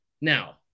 Now